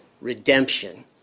redemption